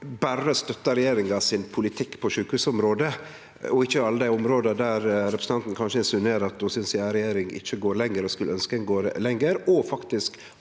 berre støttar regjeringa sin politikk på sjukehusområdet, og ikkje alle dei områda der representanten kanskje insinuerer at ho synest si eiga regjering ikkje går langt nok, og skulle ønskje ein gjekk lenger – og faktisk